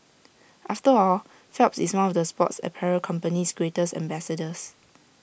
after all Phelps is one of the sports apparel company's greatest ambassadors